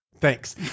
Thanks